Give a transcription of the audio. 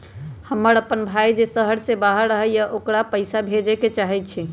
हमर अपन भाई जे शहर के बाहर रहई अ ओकरा पइसा भेजे के चाहई छी